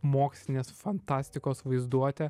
mokslinės fantastikos vaizduotę